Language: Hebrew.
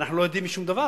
ואנחנו לא יודעים שום דבר.